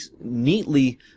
neatly